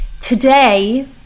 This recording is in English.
Today